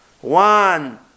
One